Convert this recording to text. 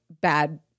bad